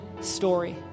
story